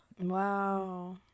Wow